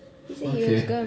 okay